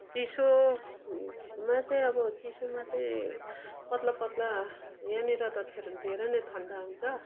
चिसोमा चाहिँ अब चिसोमा चाहिँ पातला पातला यहाँनिर त धेरै नै ठन्डा हुन्छ